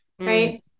right